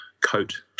coat